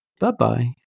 bye-bye